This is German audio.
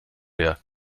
leer